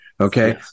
Okay